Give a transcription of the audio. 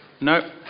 No